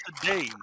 today